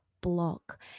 block